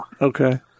Okay